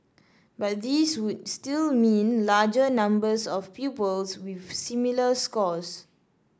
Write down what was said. but these would still mean larger numbers of pupils with similar scores